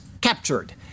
captured